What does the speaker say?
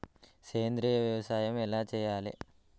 సేంద్రీయ వ్యవసాయం ఎలా చెయ్యాలే?